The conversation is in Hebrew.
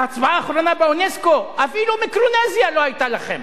בהצבעה האחרונה באונסק"ו אפילו מיקרונזיה לא היתה לכם.